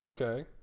Okay